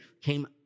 came